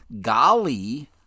Golly